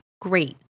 great